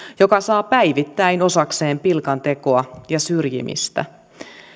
joka saa päivittäin osakseen pilkantekoa ja syrjimistä